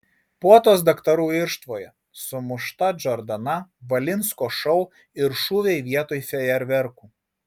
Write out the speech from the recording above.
puotos daktarų irštvoje sumušta džordana valinsko šou ir šūviai vietoj fejerverkų